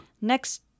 Next